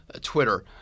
Twitter